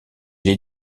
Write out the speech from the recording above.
les